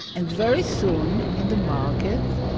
and very soon, in the market,